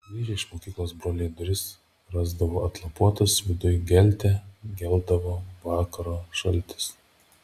grįžę iš mokyklos broliai duris rasdavo atlapotas viduj gelte geldavo vakaro šaltis